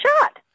shot